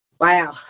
Wow